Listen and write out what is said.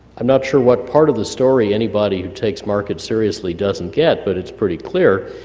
i'm not sure what part of the story anybody who takes markets seriously doesn't get, but it's pretty clear,